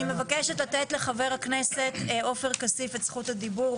אני מבקשת לתת לחבר הכנסת עופר כסיף את זכות הדיבור,